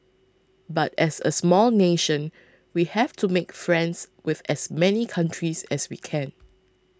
but as a small nation we have to make friends with as many countries as we can